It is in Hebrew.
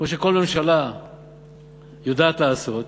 כמו שכל ממשלה יודעת לעשות,